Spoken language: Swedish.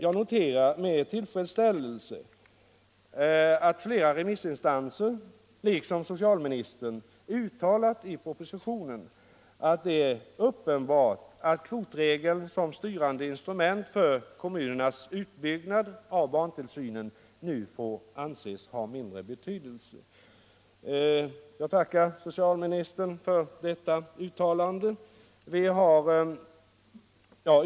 Jag noterar med tillfredsställelse vad flera remissinstanser uttalat, liksom socialministern gjort i propositionen, nämligen att det är uppenbart att kvotregeln som styrande instrument för kommunernas utbyggnad av barntillsynen nu får anses ha mindre betydelse. Jag tackar socialministern för detta uttalande.